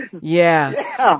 Yes